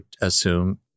assume